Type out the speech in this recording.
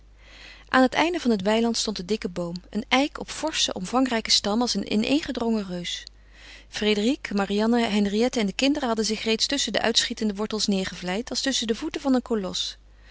aan het einde van het weiland stond de dikke boom een eik op forschen omvangrijken stam als een ineengedrongen reus frédérique marianne henriette en de kinderen hadden zich reeds tusschen de uitschietende wortels neêrgevlijd als tusschen de voeten van een kolos